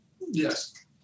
Yes